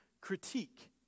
critique